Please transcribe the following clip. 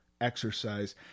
exercise